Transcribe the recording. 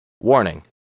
Warning